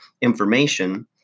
information